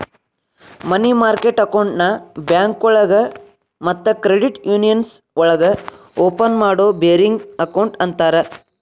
ಮನಿ market ಅಕೌಂಟ್ನ ಬ್ಯಾಂಕೋಳಗ ಮತ್ತ ಕ್ರೆಡಿಟ್ ಯೂನಿಯನ್ಸ್ ಒಳಗ ಓಪನ್ ಮಾಡೋ ಬೇರಿಂಗ್ ಅಕೌಂಟ್ ಅಂತರ